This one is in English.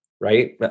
right